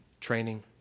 training